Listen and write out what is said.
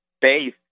base